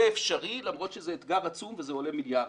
זה אפשרי למרות שזה אתגר עצום וזה אולי מיליארדים.